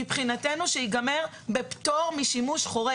מבחינתנו שייגמר בפטור משימוש חורג.